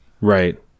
Right